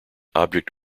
object